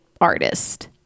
artist